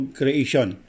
creation